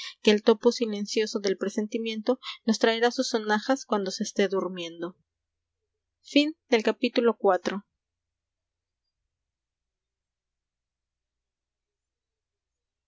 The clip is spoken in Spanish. que el topo silencioso del presentimiento nos traerá sus sonajas cuando se esté durmiendo